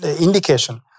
indication